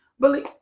Believe